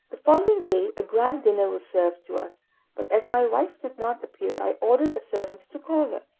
the following day a grand dinner was served to us but as my wife did not appear, i ordered a servant to call her.